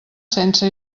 sense